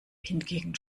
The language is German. hingegen